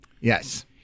Yes